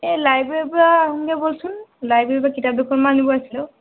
এই লাইব্ৰেৰীৰ পৰা আহোগৈ ব'লচোন লাইব্ৰেৰীৰ পৰা কিতাপ দুখনমান আনিব আছিলে অঁ